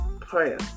prayer